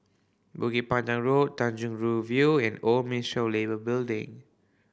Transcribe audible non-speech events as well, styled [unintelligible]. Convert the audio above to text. Bukit Panjang Road Tanjong Rhu View and Old [unintelligible] of Building